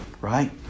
right